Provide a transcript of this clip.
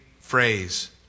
phrase